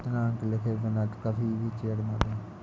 दिनांक लिखे बिना कभी भी चेक न दें